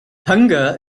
hunger